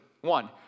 One